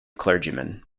clergyman